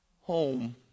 home